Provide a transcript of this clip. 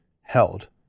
held